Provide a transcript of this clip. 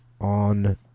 on